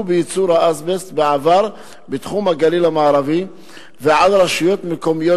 בייצור אזבסט בעבר בתחום הגליל המערבי ועל רשויות מקומיות